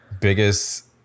biggest